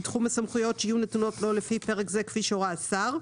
הסמכויות שיהיו נתונות לו לפי פרק זה כפי שהורה השר,